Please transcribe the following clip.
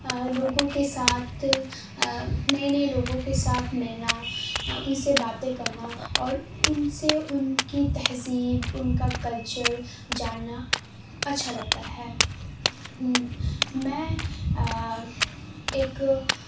لوگوں کے ساتھ نئے نئے لوگوں کے ساتھ ملنا ان سے باتیں کرنا اور ان سے ان کی تہذیب ان کا کلچر جاننا اچھا لگتا ہے میں ایک